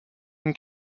une